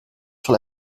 sur